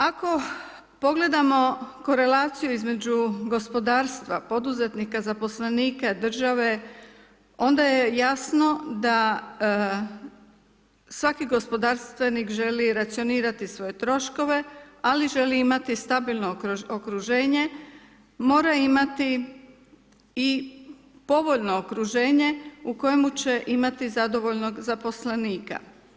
Ako pogledamo koleraciju između gospodarstva, poduzetnika zaposlenike države, onda je jasno da svaki gospodarstvenik želi racionirati svoje troškove, ali želi imati stabilno okruženje, moraju imati i povoljno okruženje u kojemu će imati zadovoljnog zaposlenika.